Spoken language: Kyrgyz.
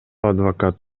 адвокат